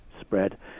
spread